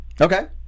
Okay